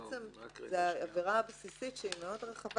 בעצם זאת העבירה הבסיסית שהיא מאוד רחבה